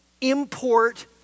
import